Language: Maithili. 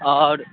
आओर